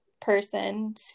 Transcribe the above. person